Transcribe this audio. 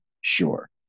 sure